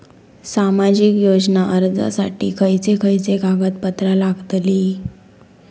सामाजिक योजना अर्जासाठी खयचे खयचे कागदपत्रा लागतली?